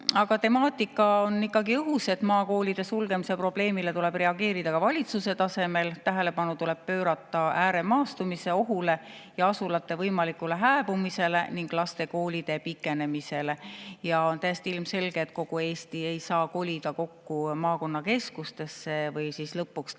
Aga temaatika on ikkagi õhus. Maakoolide sulgemise probleemile tuleb reageerida ka valitsuse tasemel, tähelepanu tuleb pöörata ääremaastumise ohule ja asulate võimalikule hääbumisele ning laste koolitee pikenemisele. On täiesti ilmselge, et kogu Eesti ei saa kolida kokku maakonnakeskustesse või lõpuks Tallinnasse